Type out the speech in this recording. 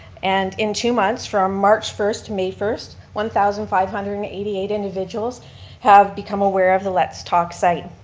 and in two months from march first, may first, one thousand five hundred and eighty eight individuals have become aware of the let's talk site.